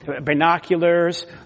binoculars